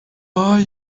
are